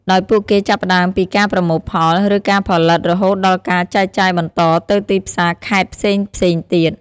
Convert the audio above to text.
ដោយពួកគេចាប់ផ្តើមពីការប្រមូលផល ឬការផលិតរហូតដល់ការចែកចាយបន្តទៅទីផ្សារខេត្តផ្សេងៗទៀត។